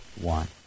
one